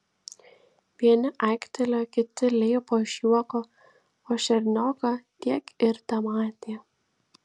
vieni aiktelėjo kiti leipo iš juoko o šernioką tiek ir tematė